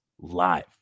Live